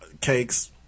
cakes